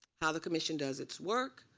how the commission does its work,